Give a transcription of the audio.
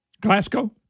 Glasgow